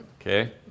Okay